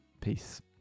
Peace